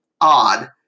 odd